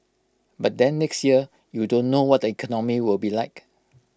but then next year you don't know what the economy will be like